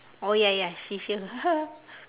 oh ya ya she's here